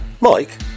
Mike